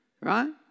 right